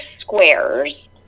squares